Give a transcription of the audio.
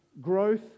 growth